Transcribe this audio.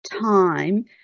time